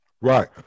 Right